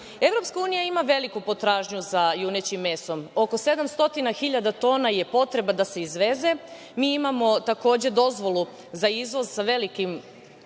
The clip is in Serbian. unija ima veliku potražnju za junećim mesom. Oko 700.000 tona je potreba da se izveze. Mi imamo takođe dozvolu za izvoz, velika